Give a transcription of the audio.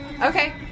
Okay